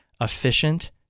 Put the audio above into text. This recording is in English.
efficient